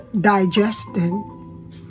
digesting